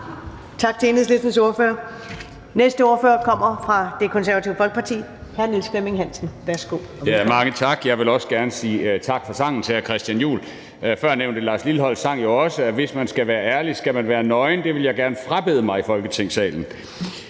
Tak til Enhedslistens ordfører. Den næste ordfører kommer fra Det Konservative Folkeparti. Hr. Niels Flemming Hansen, værsgo. Kl. 14:06 (Ordfører) Niels Flemming Hansen (KF): Mange tak, og jeg vil også gerne sige tak for sangen til hr. Christian Juhl. Førnævnte Lars Lilholt sang jo også, at hvis man skal være ærlig, skal man være nøgen, og det vil jeg gerne frabede mig i Folketingssalen.